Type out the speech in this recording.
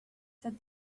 said